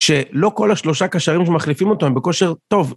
שלא כל השלושה קשרים שמחליפים אותו הם בכושר טוב.